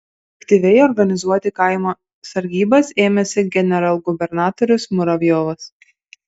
aktyviai organizuoti kaimo sargybas ėmėsi generalgubernatorius muravjovas